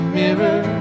mirror